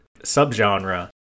subgenre